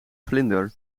vlinder